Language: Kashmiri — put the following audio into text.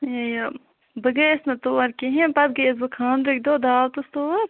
یہِ بہٕ گٔیَس نہٕ تور کہیٖنۍ پَتہٕ گٔیَس بہٕ خاندرٕکۍ دۄہ دعوتَس تور